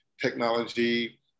technology